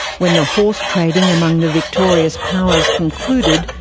when the horse-trading among the victorious powers concluded,